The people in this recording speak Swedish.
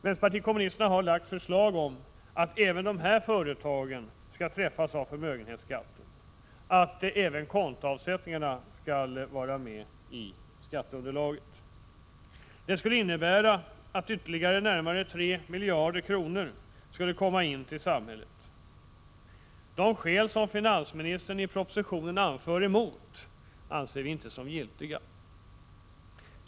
Vänsterpartiet kommunisterna har lagt fram förslag om att även dessa företag skall träffas av förmögenhetsskatten och att också kontoavsättningarna skall vara med i skatteunderlaget. Det skulle innebära att ytterligare 21 närmare 3 miljarder kronor skulle komma in till samhället. De skäl som finansministern i propositionen anför mot förslaget anser vi inte vara giltiga.